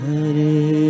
Hare